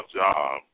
job